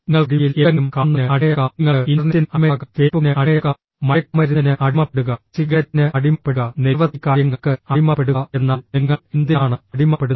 നിങ്ങൾക്ക് ടിവിയിൽ എന്തെങ്കിലും കാണുന്നതിന് അടിമയാകാം നിങ്ങൾക്ക് ഇന്റർനെറ്റിന് അടിമയാകാം ഫേസ്ബുക്കിന് അടിമയാകാം മയക്കുമരുന്നിന് അടിമപ്പെടുക സിഗരറ്റിന് അടിമപ്പെടുക നിരവധി കാര്യങ്ങൾക്ക് അടിമപ്പെടുക എന്നാൽ നിങ്ങൾ എന്തിനാണ് അടിമപ്പെടുന്നത്